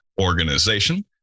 organization